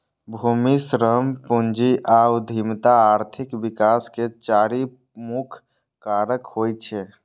भूमि, श्रम, पूंजी आ उद्यमिता आर्थिक विकास के चारि मुख्य कारक होइ छै